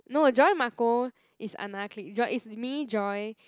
no Joy Marco is another clique Joy is me Joy